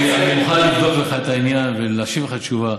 אני מוכן לבדוק לך את העניין ולהשיב לך תשובה,